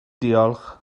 diolch